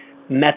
methods